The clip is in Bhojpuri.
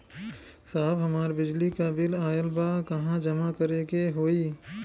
साहब हमार बिजली क बिल ऑयल बा कहाँ जमा करेके होइ?